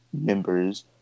members